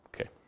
Okay